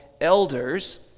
elders